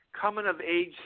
coming-of-age